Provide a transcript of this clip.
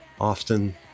often